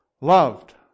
Loved